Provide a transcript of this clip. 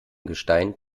gestein